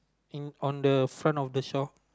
in on the front of the shop